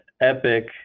EPIC